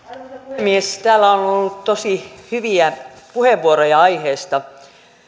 puhemies täällä on ollut tosi hyviä puheenvuoroja aiheesta